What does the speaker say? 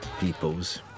Peoples